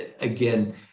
Again